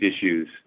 issues